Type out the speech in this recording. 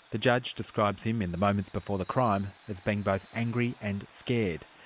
the judge describes him in the moments before the crime as being both angry and scared,